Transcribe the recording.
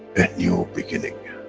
a new beginning,